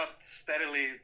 steadily